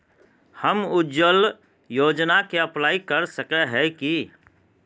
हम उज्वल योजना के अप्लाई कर सके है की?